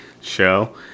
show